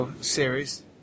series